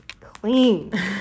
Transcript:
clean